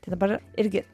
tai dabar irgi